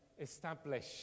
establish